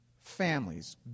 families